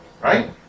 Right